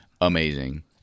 Amazing